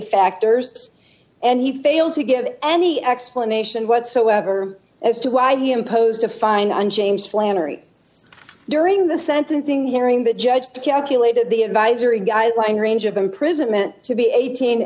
factors and he failed to give any explanation whatsoever as to why he imposed a fine on james flannery during the sentencing hearing but judge calculated the advisory guideline range of imprisonment to be eighteen